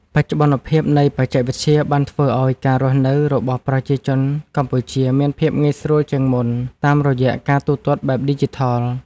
បច្ចុប្បន្នភាពនៃបច្ចេកវិទ្យាបានធ្វើឱ្យការរស់នៅរបស់ប្រជាជនកម្ពុជាមានភាពងាយស្រួលជាងមុនតាមរយៈការទូទាត់បែបឌីជីថល។